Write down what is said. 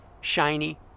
shiny